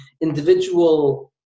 individual